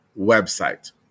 website